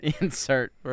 insert